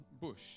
bush